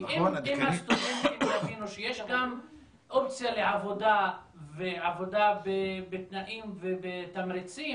אם הסטודנטים יבינו שיש גם אופציה לעבודה ועבודה בתנאים ובתמריצים